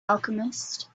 alchemist